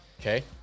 Okay